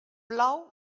plou